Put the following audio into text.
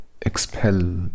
expel